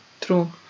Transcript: true